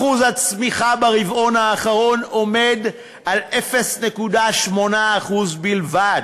אחוז הצמיחה ברבעון האחרון הוא 0.8% בלבד,